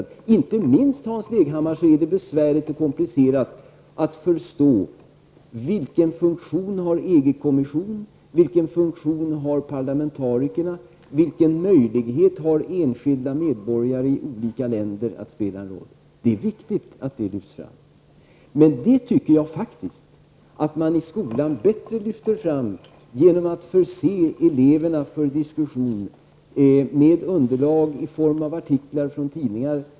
Det är inte minst, Hans Leghammar, besvärligt och komplicerat att förstå vilken funktion EG kommissionen och parlamentarikerna har och vilken möjlighet enskilda medborgare i olika länder har att spela en roll. Det är viktigt att det lyfts fram. Det tycker jag att man kan lyfta fram bättre i skolan genom att förse eleverna med underlag för diskussion i form av artiklar från tidningar.